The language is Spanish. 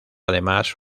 además